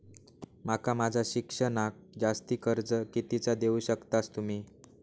माका माझा शिक्षणाक जास्ती कर्ज कितीचा देऊ शकतास तुम्ही?